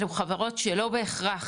אלו חברות שלא בהכרח,